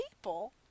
people